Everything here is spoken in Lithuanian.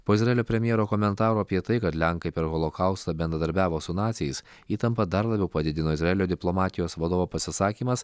po izraelio premjero komentaro apie tai kad lenkai per holokaustą bendradarbiavo su naciais įtampa dar labiau padidino izraelio diplomatijos vadovo pasisakymas